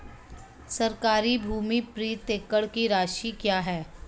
सरकारी भूमि प्रति एकड़ की राशि क्या है?